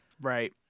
Right